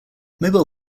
mobile